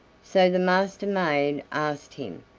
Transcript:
so the master-maid asked him,